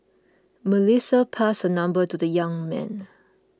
Melissa passed her number to the young man